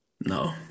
No